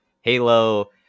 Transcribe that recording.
Halo